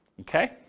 okay